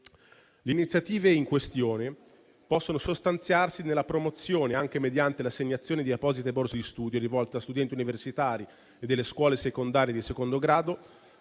Le iniziative in questione possono sostanziarsi nella promozione, anche mediante l'assegnazione di apposite borse di studio rivolte a studenti universitari e delle scuole secondarie di secondo grado,